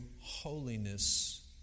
holiness